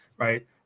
right